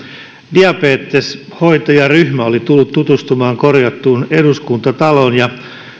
diabeteshoitajaryhmä oli tullut tutustumaan korjattuun eduskuntataloon ja he